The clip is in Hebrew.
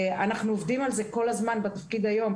אנחנו עובדים על זה כל הזמן בתפקיד היום.